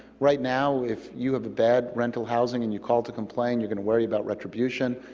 right now if you have bad rental housing and you call to complain, you're going to worry about retribution.